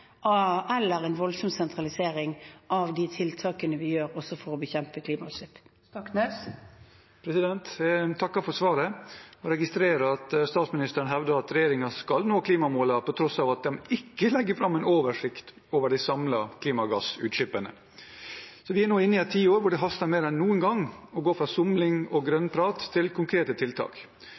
eller en voldsom sentralisering, av de tiltakene vi gjør for å bekjempe klimautslipp. Jeg takker for svaret og registrerer at statsministeren hevder at regjeringen skal nå klimamålene, på tross av at de ikke legger fram en oversikt over de samlede klimagassutslippene. Vi er nå inne i et tiår da det haster mer enn noen gang å gå fra somling og grønn prat til konkrete tiltak.